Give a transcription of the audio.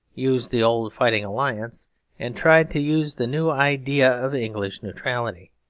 used the old fighting alliance and tried to use the new idea of english neutrality.